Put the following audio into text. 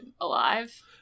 alive